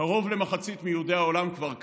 קרוב למחצית מיהודי העולם כבר כאן,